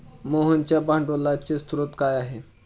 मोहनच्या भांडवलाचे स्रोत काय आहे?